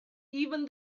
even